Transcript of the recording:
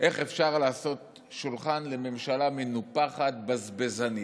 איך אפשר לעשות שולחן לממשלה מנופחת, בזבזנית.